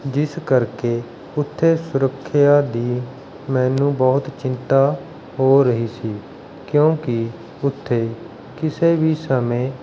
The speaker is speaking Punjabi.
ਜਿਸ ਕਰਕੇ ਉੱਥੇ ਸੁਰੱਖਿਆ ਦੀ ਮੈਨੂੰ ਬਹੁਤ ਚਿੰਤਾ ਹੋ ਰਹੀ ਸੀ ਕਿਉਂਕਿ ਉੱਥੇ ਕਿਸੇ ਵੀ ਸਮੇਂ